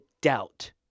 doubt